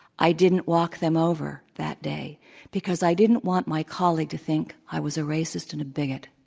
i didn't walk them over that day because i didn't want my colleague to think i was a racist and a bigot.